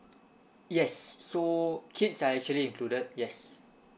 yes so kids are actually included yes